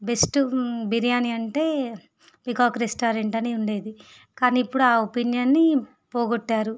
best biryani అంటే peacock restaurant అని ఉండేది కానీ ఇప్పుడు ఆ ఒపీనియన్ని పోగొట్టారు